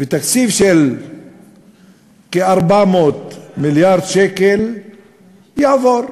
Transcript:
ותקציב של כ-400 מיליארד שקל יעבור.